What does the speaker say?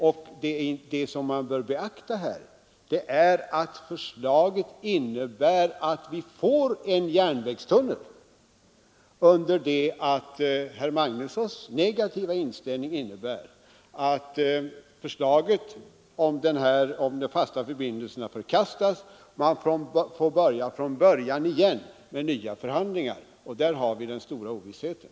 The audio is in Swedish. Och det som man bör beakta här är att förslaget innebär att vi får en järnvägstunnel, under det att herr Magnussons i Kristinehamn negativa inställning betyder att förslaget om de fasta förbindelserna förkastas och man får börja från början igen med nya förhandlingar. Där har vi den stora ovissheten.